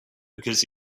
because